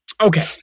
Okay